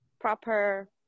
proper